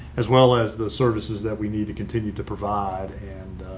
as well as the services that we need to continue to provide and